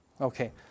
Okay